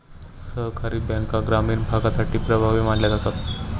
सहकारी बँका ग्रामीण भागासाठी प्रभावी मानल्या जातात